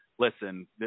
listen